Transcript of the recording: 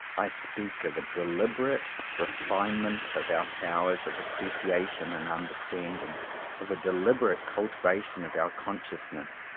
i speak of a deliberate refinement of our powers of appreciation and under standing of a deliberate cultivation of our consciousness,